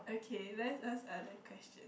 okay let's ask other question